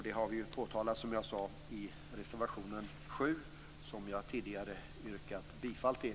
Det har vi, som jag sade, påtalat i reservation nr 7, som jag tidigare yrkat bifall till.